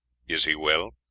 is he well?